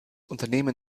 unternehmen